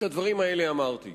את הדברים האלה אמרתי.